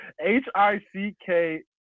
H-I-C-K